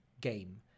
game